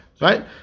right